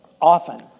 often